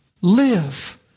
live